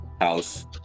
house